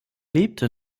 lebte